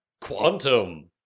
quantum